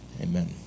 Amen